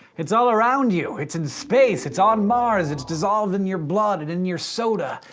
it's all around you. it's in space. it's on mars. it's dissolved in your blood, and in your soda.